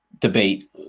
debate